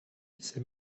c’est